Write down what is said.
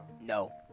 No